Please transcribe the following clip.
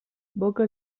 boca